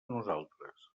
nosaltres